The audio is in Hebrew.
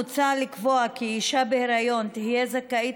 מוצע לקבוע כי אישה בהיריון תהיה זכאית